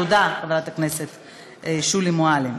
תודה, חברת הכנסת שולי מועלם.